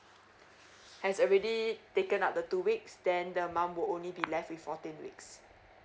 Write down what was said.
has already taken up the two weeks then the mum will only be left with fourteen weeks